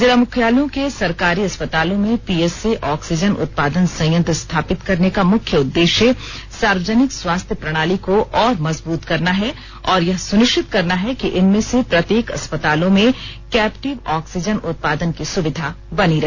जिला मुख्यालयों के सरकारी अस्पतालों में पीएसए ऑक्सीजन उत्पादन संयंत्र स्थापित करने का मुख्य उद्देश्य सार्वजनिक स्वास्थ्य प्रणाली को और मजबूत करना है और यह सुनिश्चित करना है कि इनमें से प्रत्येक अस्पतालों में कैप्टिव ऑक्सीजन उत्पादन की सुविधा बनी रहे